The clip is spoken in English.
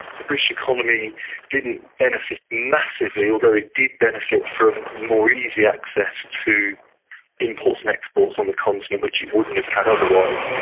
the british economy didn't benefit massively, although it did benefit from more easy access to imports and exports on the continent, which it wouldn't have had otherwise.